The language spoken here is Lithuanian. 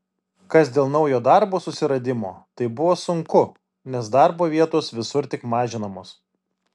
kas dėl naujo darbo susiradimo tai buvo sunku nes darbo vietos visur tik mažinamos